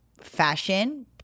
fashion